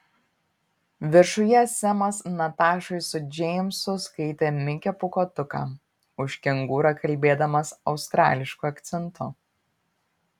viršuje semas natašai su džeimsu skaitė mikę pūkuotuką už kengūrą kalbėdamas australišku akcentu